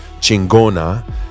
Chingona